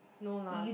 no lah